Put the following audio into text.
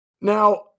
now